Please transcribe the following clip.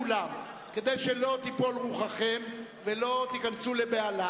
כדי שלא תיפול רוחכם ולא תיכנסו לבהלה,